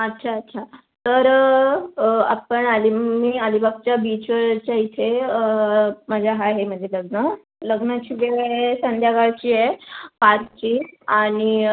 अच्छा अच्छा तर आपण आली मी अलिबागच्या बीचवरच्या इथे माझ्या हा आहे म्हणजे लग्न लग्नाची वेळ संध्याकाळची आहे पाचची आणि